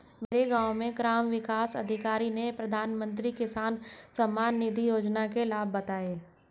मेरे गांव में ग्राम विकास अधिकारी ने प्रधानमंत्री किसान सम्मान निधि योजना के लाभ बताएं